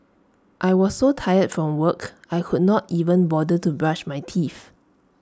I was so tired from work I could not even bother to brush my teeth